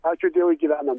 ačiū dievui gyvenam